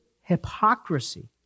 hypocrisy